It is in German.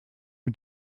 mit